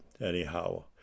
anyhow